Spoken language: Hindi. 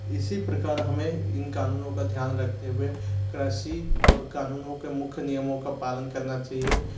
इसी प्रकार हमें इन कानूनों का ध्यान रखते हुए कृषि और कानूनों के मुख्य नियमों का पालन करना चाहिये